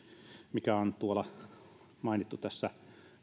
mikä on mainittu tässä